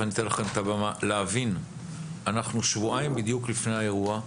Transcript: אני אתן להם את הבמה אנחנו שבועיים בדיוק לפני האירוע.